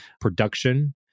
production